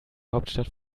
hauptstadt